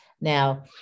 Now